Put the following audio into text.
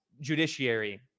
judiciary